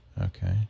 Okay